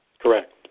Correct